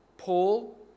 Paul